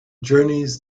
journeys